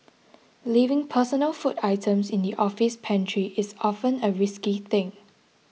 leaving personal food items in the office pantry is often a risky thing